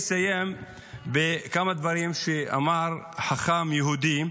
ואני אסיים בכמה דברים שאמר חכם יהודי.